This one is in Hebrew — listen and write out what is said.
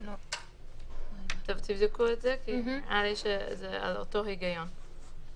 זה מה שדיברנו עליו בסוף.